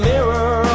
Mirror